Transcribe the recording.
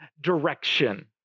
direction